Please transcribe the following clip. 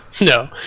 no